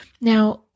Now